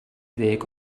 ddeg